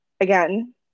again